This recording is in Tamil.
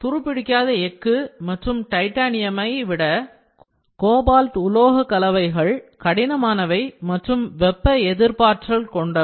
துருப்பிடிக்காத எஃகு மற்றும் டைட்டானியம் ஐ விட கோபால்ட் உலோக கலவைகள் கடினமானவை மற்றும் வெப்ப எதிர்ப்பாற்றல் கொண்டவை